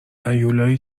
هیولایی